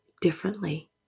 differently